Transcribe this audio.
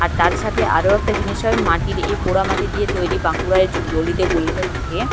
আর তার সাথে আরো একটা জিনিস হয় মাটির এ পোড়ামাটি দিয়ে তৈরি বাঁকুড়ায় যো অলিতে গলিতে থাকে